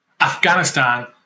Afghanistan